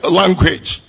language